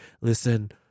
listen